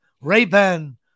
Ray-Ban –